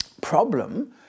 problem